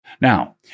Now